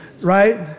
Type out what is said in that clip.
right